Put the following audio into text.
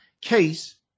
case